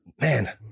man